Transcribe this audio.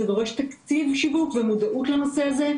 זה דורש תקציב שיווק ומודעת לנושא הזה,